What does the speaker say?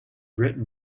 written